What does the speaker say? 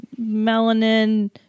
Melanin